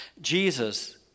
Jesus